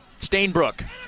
Stainbrook